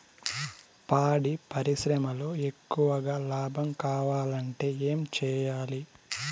పాడి పరిశ్రమలో ఎక్కువగా లాభం కావాలంటే ఏం చేయాలి?